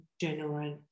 general